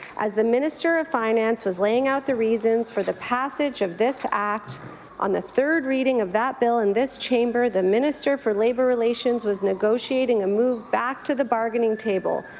as the minister of finance is laying out the reasons for the passage of this act on the third reading of that bill in this chamber, the minister for labour relations was negotiating a move back to the bargaining table,